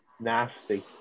nasty